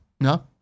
No